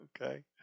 Okay